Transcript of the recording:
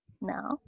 now